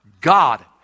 God